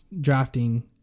drafting